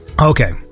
Okay